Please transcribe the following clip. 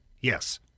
yes